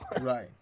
Right